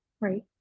Right